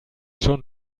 schon